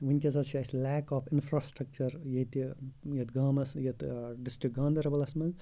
وٕنکیٚس حظ چھِ اَسہِ لیک آف اِنفرٛاسٹرٛکچَر ییٚتہِ یَتھ گامَس یَتھ ڈِسٹِرٛک گاندَربَلَس منٛز